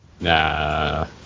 Nah